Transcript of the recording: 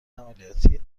عملیاتی